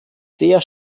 sehr